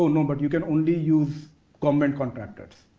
um but you can only use government contractors,